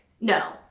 No